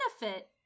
benefit